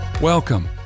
Welcome